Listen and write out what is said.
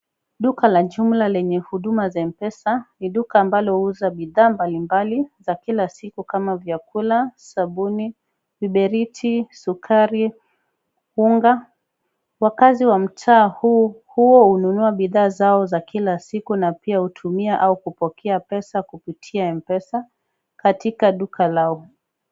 Duka la jumla lenye huduma za mpesa ni duka ambalo uuza bidhaa mbalimbali za kila siku kama vyakula, sabuni, viberiti, sukari, unga. Wakazi wa mtaa huu huu ununua bidhaa zao za kila siku na pia hutumika au kupokea pesa kupitia mpesa katika duka lao.